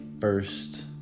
first